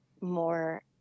more